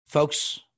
Folks